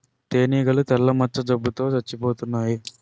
తేనీగలు తెల్ల మచ్చ జబ్బు తో సచ్చిపోతన్నాయి